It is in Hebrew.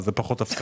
זה פחות הפסקות.